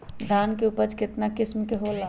धान के उपज केतना किस्म के होला?